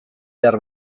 behar